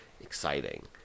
exciting